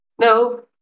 No